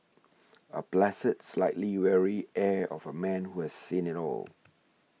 a placid slightly weary air of a man who has seen it all